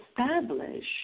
establish